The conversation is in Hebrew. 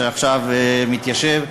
שעכשיו מתיישב,